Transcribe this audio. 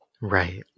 Right